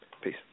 Peace